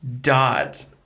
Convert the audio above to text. dot